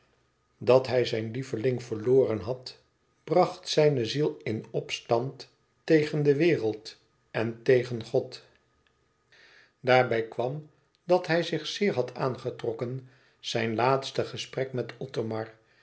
dat hij zijn lieveling verloren had bracht zijne ziel in opstand tegen de wereld en tegen god daarbij kwam dat hij zich zeer had aangetrokken zijn laatste gesprek met othomar